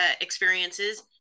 experiences